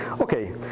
Okay